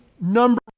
Number